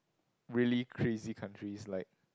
really crazy countries like